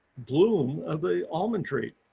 bloom of the almond tree.